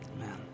Amen